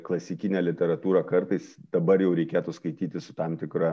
klasikinę literatūrą kartais dabar jau reikėtų skaityti su tam tikra